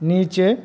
नीचे